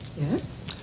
Yes